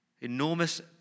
enormous